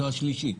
שזו השלישית.